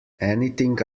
anything